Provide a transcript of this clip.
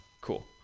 cool